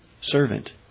servant